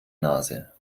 nase